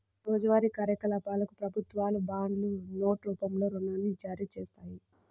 రోజువారీ కార్యకలాపాలకు ప్రభుత్వాలు బాండ్లు, నోట్ రూపంలో రుణాన్ని జారీచేత్తాయి